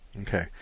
Okay